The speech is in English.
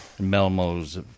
Melmo's